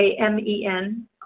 A-M-E-N